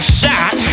shot